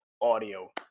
audio